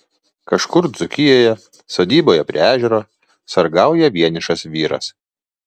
kažkur dzūkijoje sodyboje prie ežero sargauja vienišas vyras